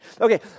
Okay